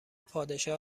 پادشاه